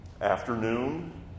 afternoon